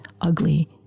ugly